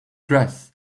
dress